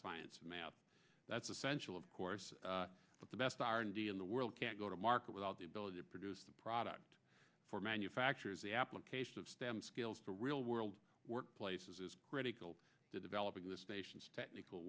science and math that's essential of course but the best r and d in the world can't go to market without the ability to produce a product for manufacturers the application of stem skills to real world workplaces is critical to developing this nation's technical